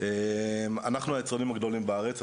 אנחנו היצרנים הגדולים בארץ.